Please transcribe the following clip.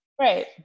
right